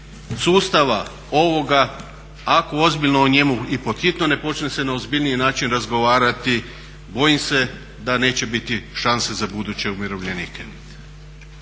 sustava ovoga ako ozbiljno o njemu i pod hitno ne počne se na ozbiljniji način razgovarati, bojim se da neće biti šanse za buduće umirovljenike.